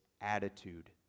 attitude